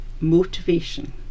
motivation